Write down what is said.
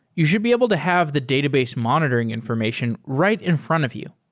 you should be able to have the database monitoring information right in front of you.